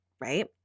Right